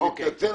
אני מתנצל,